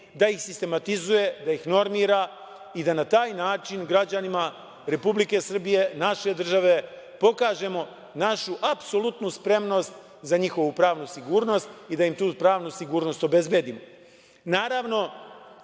da ih sistematizuje, da ih normira i da na taj način građanima Republike Srbije, naše države pokažemo našu apsolutnu spremnost za njihovu pravnu sigurnost i da im tu pravnu sigurnost obezbedimo. Naravno,